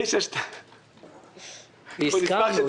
הסכמנו,